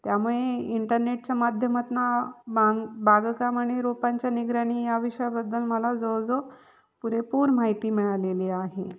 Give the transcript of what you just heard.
त्यामुळे इंटरनेटच्या माध्यमातून मां बागकाम आणि रोपांच्या निगराणी या विषयाबद्दल मला जवळजवळ पुरेपूर माहिती मिळालेली आहे